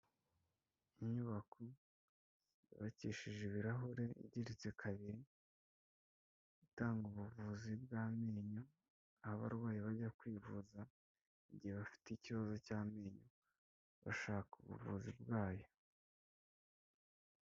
Inyubako yubakishije ibirahure igeritse kabiri itanga ubuvuzi bw'amenyo, abarwayi bajya kwivuza igihe bafite ikibazo cy'amenyo bashaka ubuvuzi bwayo.